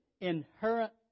inherent